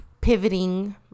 pivoting